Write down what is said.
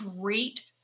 great